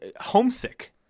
homesick